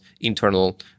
internal